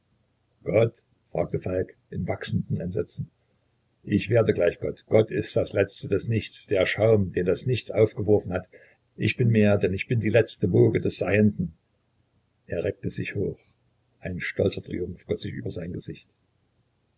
gott fragte falk in wachsendem entsetzen ich werde gleich gott gott ist das letzte des nichts der schaum den das nichts aufgeworfen hat ich bin mehr denn ich bin die letzte woge des seienden er reckte sich hoch ein stolzer triumph goß sich über sein gesicht